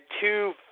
two